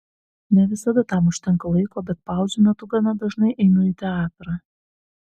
ne visada tam užtenka laiko bet pauzių metu gana dažnai einu į teatrą